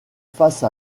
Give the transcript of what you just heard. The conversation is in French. face